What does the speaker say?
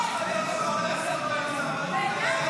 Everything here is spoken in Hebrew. אתם כל הזמן אומרים את זה.